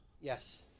Yes